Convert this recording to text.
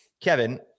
Kevin